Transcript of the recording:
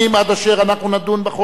עד אשר אנחנו נדון בחוק הזה.